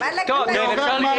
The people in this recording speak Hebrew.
--- אפשר לשאול